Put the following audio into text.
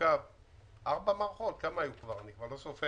אני לא מכיר